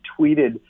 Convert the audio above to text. tweeted